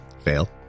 Fail